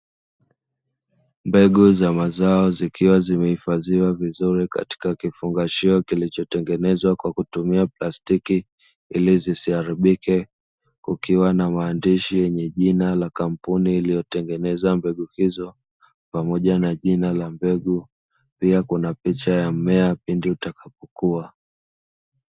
Mbegu za mazao zikiwa zimehifadhiwa vizuri katika kifungashio kilichotengenezwa kwa kutumia plastiki ili zisiharibike, kukiwa na maandishi yenye jina la kampuni iliyotengeneza mbegu hizo pamoja na jina la mbegu, pia kuna picha ya mmea pindi utakapokua.